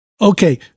Okay